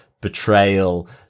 betrayal